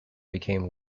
became